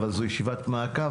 אבל זאת ישיבת מעקב,